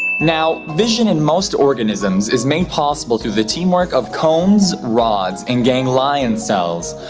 now, vision in most organisms is made possible through the teamwork of cones, rods, and ganglion cells.